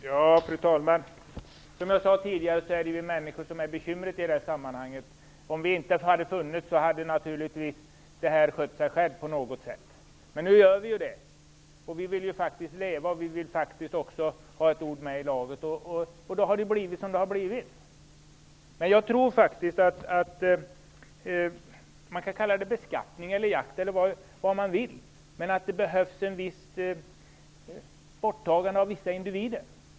Fru talman! Som jag tidigare sade är det vi människor som är bekymret i det här sammanhanget. Om vi inte hade funnits, hade det här skött sig självt på något sätt. Men nu finns vi, och vi vill ha ett ord med i laget. Det har då blivit som det har blivit. Man kan kalla det beskattning, jakt eller något annat, men det behövs ett borttagande av vissa individer.